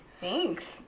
Thanks